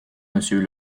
monsieur